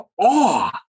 awe